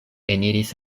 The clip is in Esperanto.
eniris